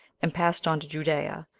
and passed on to judea,